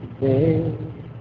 today